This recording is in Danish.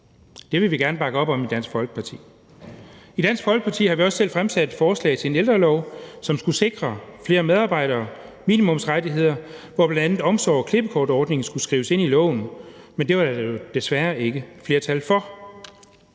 Det vil vi gerne bakke op om i Dansk Folkeparti. I Dansk Folkeparti har vi også selv fremsat et forslag til en ældrelov, som skulle sikre flere medarbejdere og minimumsrettigheder, og hvor bl.a. omsorgs- og klippekortordningen skulle skrives ind i loven, men det var der desværre ikke flertal for.